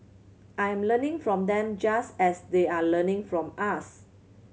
I'm learning from them just as they are learning from us